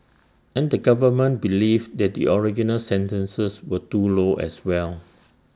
and the government believed that the original sentences were too low as well